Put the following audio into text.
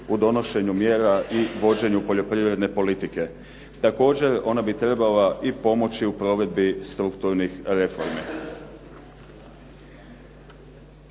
u donošenju mjera i vođenju poljoprivredne politike. Također ona bi trebala pomoći u provedbi strukturnih reformi.